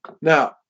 Now